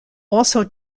also